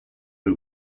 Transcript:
who